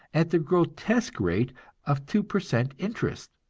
at the grotesque rate of two per cent interest